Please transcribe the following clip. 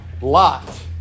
Lot